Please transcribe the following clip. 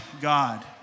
God